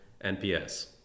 NPS